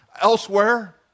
elsewhere